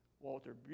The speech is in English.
Walter